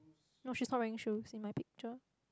no she is not wearing shoes in my picture